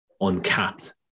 uncapped